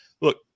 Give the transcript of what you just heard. Look